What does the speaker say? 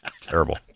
Terrible